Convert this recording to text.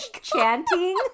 chanting